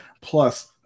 Plus